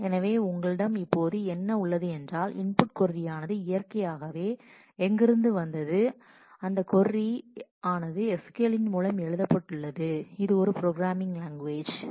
எனவே உங்களிடம் இப்போது என்ன உள்ளது என்றால் இன்புட் கொர்ரியானது இயற்கையாகவே எங்கிருந்து வந்தது அந்த கொர்ரி ஆனது SQL இன் மூலம் எழுதப்பட்டுள்ளது இது ஒரு ப்ரோக்ராம்மிங் லாங்குவேஜ் programming language